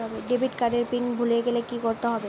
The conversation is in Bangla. ডেবিট কার্ড এর পিন ভুলে গেলে কি করতে হবে?